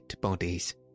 bodies